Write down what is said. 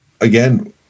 again